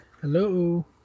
Hello